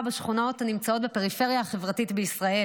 בשכונות שנמצאות בפריפריה החברתית בישראל.